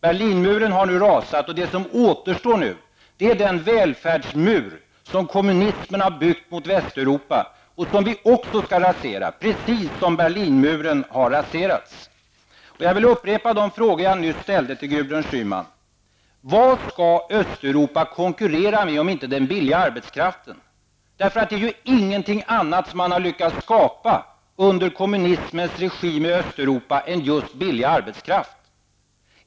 Berlinmuren har nu rasat, och det som återstår är den välfärdsmur som kommunismen har byggt mot Västeuropa. Den skall också raseras, precis så som Berlinmuren har raserats. Jag vill upprepa de frågor jag nyss ställde till Gudrun Schyman: Vad skall Östeuropa konkurrera med om inte med den billiga arbetskraften? Det är ingenting annat man lyckats skapa under kommunismens regim i Östeuropa än just billig arbetskraft.